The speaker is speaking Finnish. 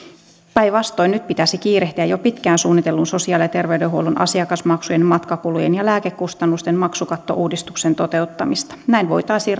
päinvastoin nyt pitäisi kiirehtiä jo pitkään suunnitellun sosiaali ja terveydenhuollon asiakasmaksujen matkakulujen ja lääkekustannusten maksukattouudistuksen toteuttamista näin voitaisiin